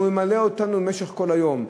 שהוא ממלא אותנו במשך כל היום,